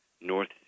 North